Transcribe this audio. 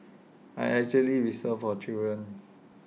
I actually whistle for children